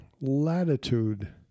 latitude